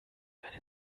eine